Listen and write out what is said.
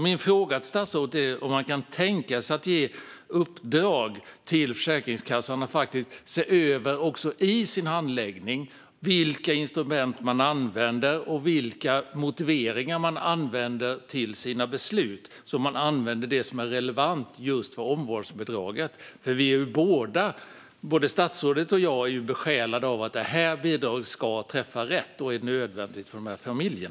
Min fråga till statsrådet är därför: Kan han tänka sig att ge Försäkringskassan i uppdrag att i sin handläggning se över vilka instrument och motiveringar man använder för sina beslut så att man använder det som är relevant för just omvårdnadsbidraget? Både statsrådet och jag är ju besjälade av en vilja att bidraget ska träffa rätt eftersom det är nödvändigt för dessa familjer.